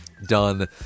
done